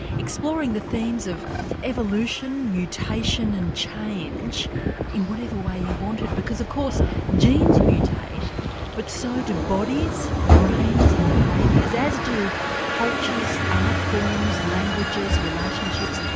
exploring the themes of evolution, mutation and change in whatever way you wanted because of course genes mutate mutate but so do bodies, brains and behaviours as do cultures, art forms, languages, relationships,